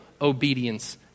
obedience